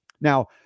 Now